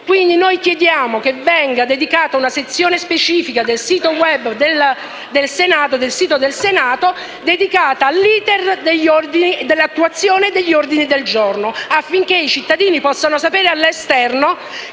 Quindi, chiediamo che venga dedicata una sezione specifica del sito *web* del Senato all'*iter* di attuazione degli ordini del giorno, affinché i cittadini possano sapere all'esterno